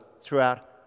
throughout